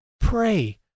Pray